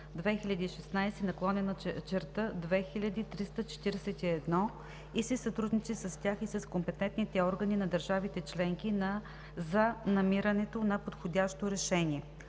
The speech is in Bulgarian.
2016/2341 и си сътрудничи с тях и с компетентните органи на държавите членки за намирането на подходящо решение.“